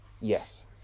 Yes